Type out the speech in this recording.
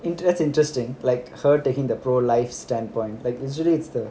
inter~ that's interesting like her taking the pro life standpoint like usually it's the